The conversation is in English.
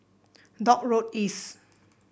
Dock Road East